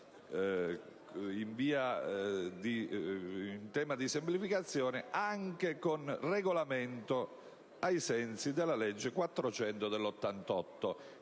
in tema di semplificazione anche con regolamento, ai sensi della legge n. 400 del 1988.